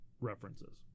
references